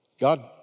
God